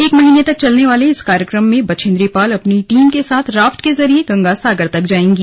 एक महीने तक चलने वाले इस कार्यक्रम में बछेंद्री पाल अपनी टीम के साथ राफ्ट के जरिए गंगासागर तक जाएंगी